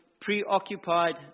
preoccupied